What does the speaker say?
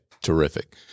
Terrific